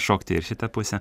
šokti ir šitą pusę